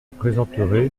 présenterai